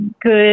good